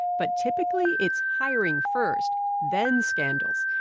but typically, it's hiring first, then scandals.